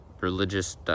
religious